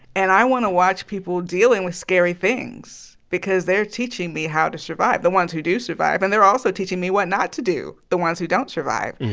and i want to watch people dealing with scary things because they're teaching me how to survive, the ones who do survive. and they're also teaching me what not to do, the ones who don't survive.